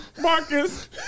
Marcus